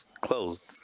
closed